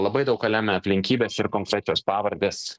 labai daug ką lemia aplinkybės ir konkrečios pavardės